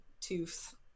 tooth